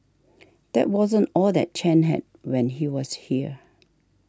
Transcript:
that wasn't all that Chen had when he was here